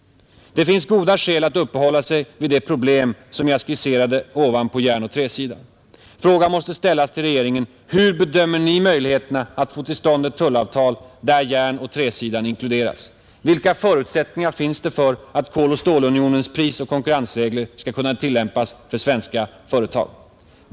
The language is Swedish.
Det finns goda skäl att uppehålla sig vid de problem som jag nyss skisserat på järnoch träsidan. Frågan måste ställas till regeringen: Hur bedömer ni möjligheterna att få till stånd ett tullavtal där järnoch träsidan inkluderas? Vilka förutsättningar finns det för att koloch stålunionens prisoch konkurrensregler skall kunna tillämpas för svenska företag?